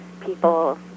People